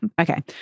Okay